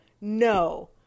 no